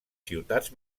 ciutats